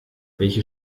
welche